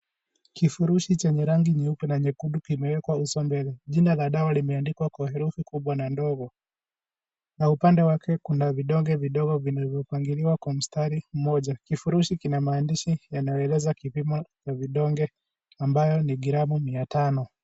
Kifurushi chenye rangi nyeupe na nyekundu, kimeekwa uso mbele. Jina la dawa limeandikwa kwa herufi kubwa na ndogo. Na upande wake kuna vidonge vidogo vinavyopangiliwa kwa mstari mmoja. Kifurushi kina maandishi ,yanayoeleza kipimo vya vidonge ambayo ni 500mg.